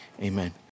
amen